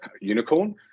unicorn